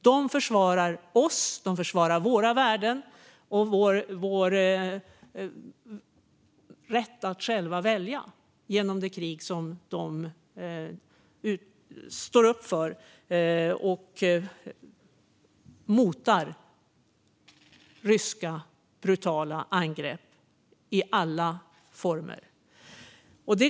De försvarar oss, våra värden och vår rätt att själva välja, och det gör de genom att i kriget stå upp mot och mota ryska brutala angrepp i alla former.